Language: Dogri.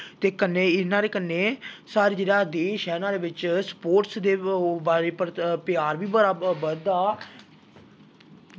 ते कन्नै नाह्ड़े कन्नै साढ़ा जेह्ड़ा देश ऐ न एह्दे बिच्च स्पोर्टस दे पर प्यार बी बड़ा बधदा